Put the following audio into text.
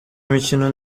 imikino